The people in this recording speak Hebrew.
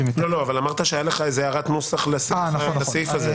אמרת שהייתה לך הערת נוסח לסעיף הזה.